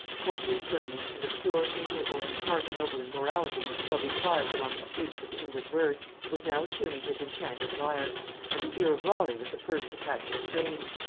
copious learning, and a pure, amiable and heart-ennobling morality shall be prized among the students of english verse, was now tuning his enchanting lyre and the ear of raleigh was the first to catch its strains.